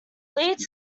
leeds